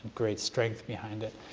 great strength behind it,